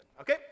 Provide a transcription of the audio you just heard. Okay